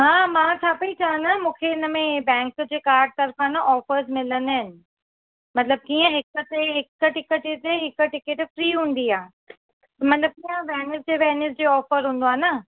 हा मां छा पई चवां न मूंखे इनमें बैंक जे कार्ड तरफ़ां न ऑफ़र्स मिलंदा आहिनि मतिलबु कीअं हिकु ते हिकु टिकट ते हिकु टिकट फ्री हूंदी आहे मतिलबु कीअं वेनसडे वेनसडे ऑफ़र हूंदो आहे न